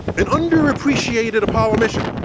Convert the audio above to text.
an underappreciated apollo mission.